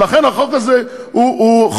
לכן החוק הזה מאפשר לי לוותר עליה,